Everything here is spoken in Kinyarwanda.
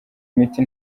imiti